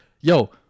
yo